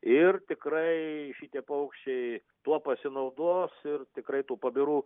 ir tikrai šitie paukščiai tuo pasinaudos ir tikrai tų pabirų